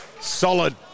Solid